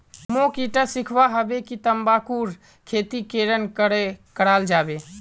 मोक ईटा सीखवा हबे कि तंबाकूर खेती केरन करें कराल जाबे